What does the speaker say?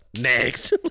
next